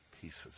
pieces